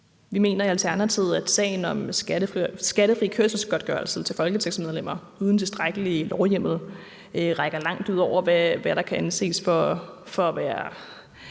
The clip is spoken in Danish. Vi mener i Alternativet, at sagen om skattefri kørselsgodtgørelse til folketingsmedlemmer uden tilstrækkelig lovhjemmel rækker langt ud over, hvad der kan anses for at være